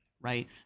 Right